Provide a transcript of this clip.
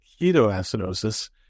ketoacidosis